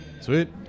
sweet